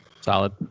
Solid